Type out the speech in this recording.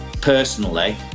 personally